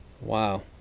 wow